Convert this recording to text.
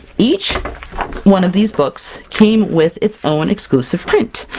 each one of these books came with its own exclusive print!